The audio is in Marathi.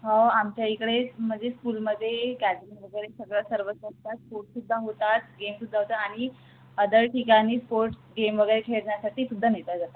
हो आमच्या इकडे म्हणजे स्कूलमध्ये गॅदरिंग वगैरे सगळं सर्वच असतात स्पोर्ट सुद्धा होतात गेम सुद्धा होतात आणि अदर ठिकाणी स्पोर्ट्स गेम वगैरे खेळण्यासाठी सुद्धा नेता जातात